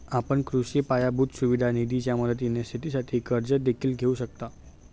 आपण कृषी पायाभूत सुविधा निधीच्या मदतीने शेतीसाठी कर्ज देखील घेऊ शकता